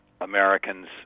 Americans